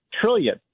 trillion